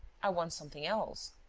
i want something else.